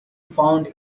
found